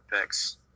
picks